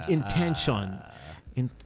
Intention